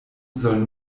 soll